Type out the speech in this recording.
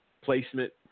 placement